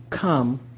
come